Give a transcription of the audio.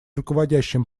руководящим